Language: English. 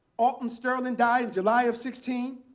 alton sterling died july of sixteen.